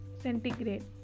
centigrade